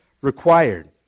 required